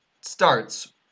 starts